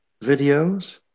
videos